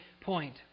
point